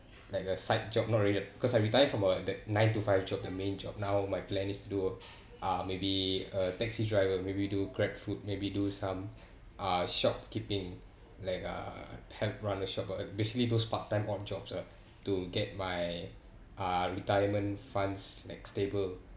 like a side job not relate cause I retired from a that nine to five job the main job now my plan is to do uh maybe a taxi driver maybe do grab food maybe do some uh shop keeping like uh help run the shop uh basically those part-time on jobs uh to get my uh retirement funds like stable